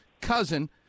cousin